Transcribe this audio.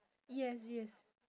yes yes